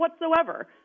whatsoever